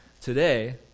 today